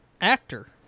actor